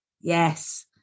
Yes